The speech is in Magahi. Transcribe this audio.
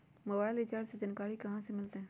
मोबाइल रिचार्ज के जानकारी कहा से मिलतै?